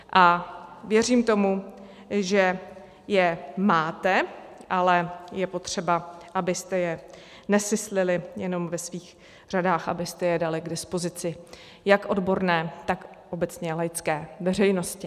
A věřím tomu, že je máte, ale je potřeba, abyste je nesyslili jenom ve svých řadách, abyste je dali k dispozici jak odborné, tak obecně laické veřejnosti.